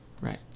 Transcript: Right